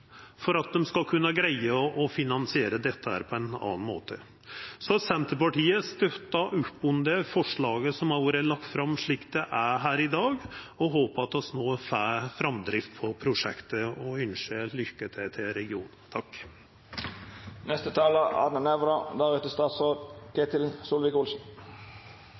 at dei skal kunna greia å finansiera dette på ein annan måte. Så Senterpartiet støttar opp om det forslaget som har vorte lagt fram her i dag, og håpar at vi no får framdrift på prosjektet – og ynskjer lykke til til